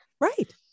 Right